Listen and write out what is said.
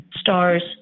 stars